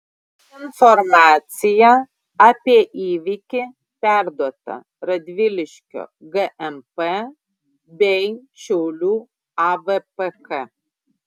informacija apie įvykį perduota radviliškio gmp bei šiaulių avpk